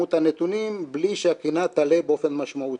כמות הנתונים בלי שהקרינה תעלה באופן משמעותי,